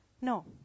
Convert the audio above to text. No